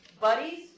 buddies